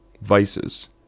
vices